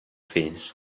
fills